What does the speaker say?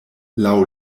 laŭ